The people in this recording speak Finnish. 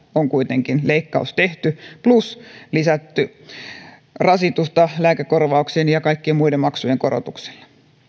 on kuitenkin leikkaus tehty plus lisätty rasitusta lääkekorvauksien ja kaikkien muiden maksujen korotuksilla